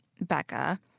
Becca